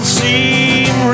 seem